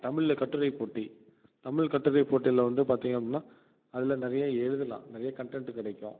தமிழில் கட்டுரை போட்டி தமிழ் கட்டுரை போட்டியில் வந்து பார்த்தீங்க அப்படின்னா அதில் நிறைய எழுதலாம் நிறைய கன்டென்ட்டு கிடைக்கும்